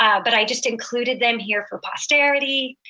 ah but i just included them here for posterity.